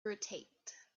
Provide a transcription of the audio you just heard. rotate